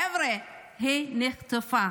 חבר'ה, היא נחטפה.